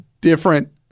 different